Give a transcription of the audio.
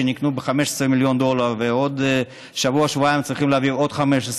שנקנה ב-15 מיליון דולר ועוד שבוע-שבועיים צריכים להביא עוד 15,